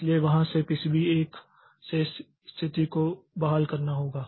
इसलिए वहां से पीसीबी 1 से स्थिति को बहाल करना होगा